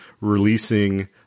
releasing